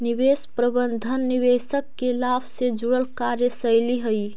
निवेश प्रबंधन निवेशक के लाभ से जुड़ल कार्यशैली हइ